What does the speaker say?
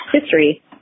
history